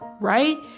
right